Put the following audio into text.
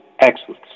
excellent